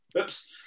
Oops